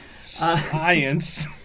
Science